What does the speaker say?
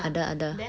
ada ada